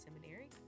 Seminary